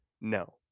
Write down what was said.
No